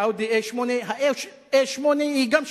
"אאודי A8" ה-A8 היא גם שלך.